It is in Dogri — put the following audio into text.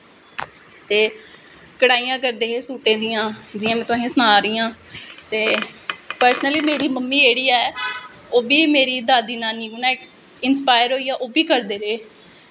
ते कड़ाहियां करदे हे सूटें दियां जियां में तुसोेंगी सना दियां आं ते पर्सनली जेह्ड़ा मेरी म्मी जेह्ड़ी ऐ ओह् बी मेरी दादी नानी कन्नै इंस्पायर होईयै ओह् बी करदे रेह्